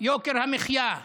יוקר המחיה,